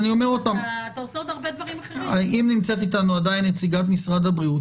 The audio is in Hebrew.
אם עדיין נמצאת אתנו נציגת משרד הבריאות,